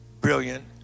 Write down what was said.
brilliant